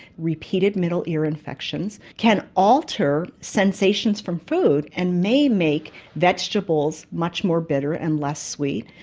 repeated middle ear infections can alter sensations from food and may make vegetables much more bitter and less sweet.